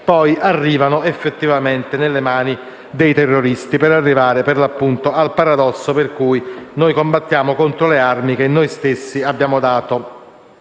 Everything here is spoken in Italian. poi arrivano effettivamente nelle mani dei terroristi. Arriviamo al paradosso per cui noi combattiamo contro le armi che noi stessi abbiamo dato